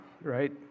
right